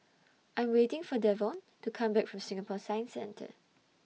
I Am waiting For Devaughn to Come Back from Singapore Science Centre